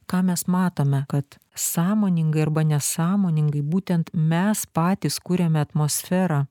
ką mes matome kad sąmoningai arba nesąmoningai būtent mes patys kuriame atmosferą